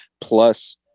plus